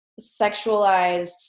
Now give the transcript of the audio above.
sexualized